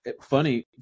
funny